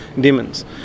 demons